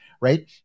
right